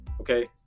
Okay